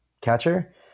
catcher